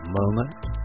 moment